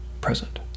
present